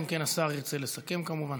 אלא אם כן השר ירצה לסכם, כמובן.